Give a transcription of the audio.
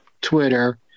Twitter